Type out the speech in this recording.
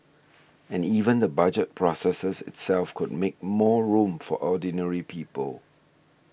and even the Budget process itself could make more room for ordinary people